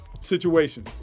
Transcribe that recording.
situation